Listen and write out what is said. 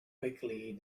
quickly